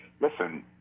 Listen